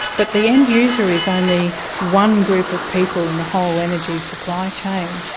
but the end user is only one group of people in the whole energy supply chain,